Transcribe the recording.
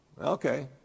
Okay